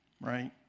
right